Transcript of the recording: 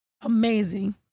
amazing